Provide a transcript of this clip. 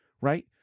right